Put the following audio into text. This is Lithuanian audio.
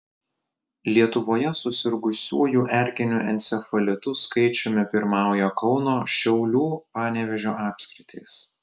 lietuvoje susirgusiųjų erkiniu encefalitu skaičiumi pirmauja kauno šiaulių panevėžio apskritys